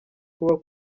kuba